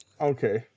Okay